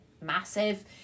massive